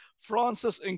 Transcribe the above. francis